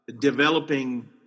developing